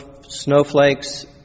snowflakes